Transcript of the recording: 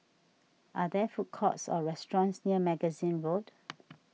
are there food courts or restaurants near Magazine Road